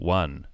one